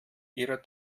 ihrer